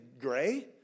gray